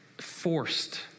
forced